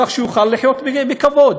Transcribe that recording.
כך שיוכל לחיות בכבוד.